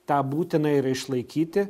tą būtina yra išlaikyti